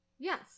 Yes